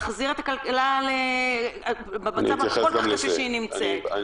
להחזיר את הכלכלה מהמצב הכל כך קשה שהיא נמצאת בו.